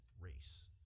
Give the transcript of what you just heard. race